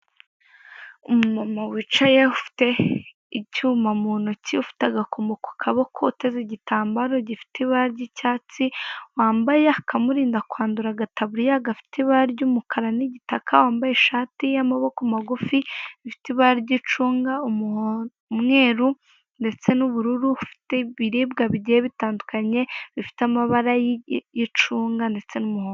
Umumama wicaye ufite icyuma mu ntoki ufite agakomo ku kaboko, uteze igitambaro gifite ibara ry'icyatsi, wambaye akamurinda kwandura agataburiya gafite ibara ry'umukara n'igitaka, wambaye ishati y'amaboko magufi ifite ibara ry'icunga umuho, umweru ndetse n'ubururufite iribwa bigiye bitandukanye bifite amabara y'icunga ndetse n'umuhodo.